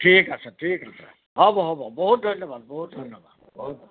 ঠিক আছে ঠিক আছে হ'ব হ'ব বহুত ধন্যবাদ বহুত ধন্যবাদ হ'ব